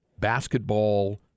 basketball